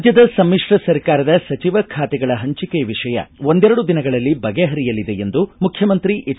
ರಾಜ್ಞದ ಸಮಿತ್ರ ಸರ್ಕಾರದ ಸಚಿವ ಖಾತೆಗಳ ಹಂಚಿಕೆ ವಿಷಯ ಒಂದೆರಡು ದಿನಗಳಲ್ಲಿ ಬಗೆಪರಿಯಲಿದೆ ಎಂದು ಮುಖ್ಯಮಂತ್ರಿ ಎಚ್